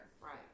Right